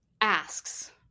asks